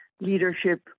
leadership